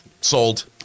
Sold